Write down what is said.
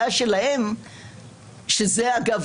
- שאגב,